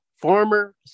Former